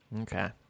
Okay